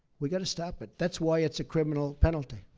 we've got to stop it. that's why it's a criminal penalty.